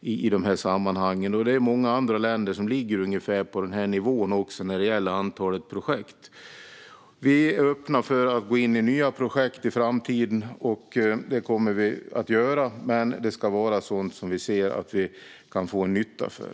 i de sammanhangen. Det är många andra länder som ligger på ungefär den nivån när det gäller antalet projekt. Vi är öppna för att gå in i nya projekt i framtiden. Det kommer vi att göra. Men det ska vara sådant som vi ser att vi kan få en nytta för.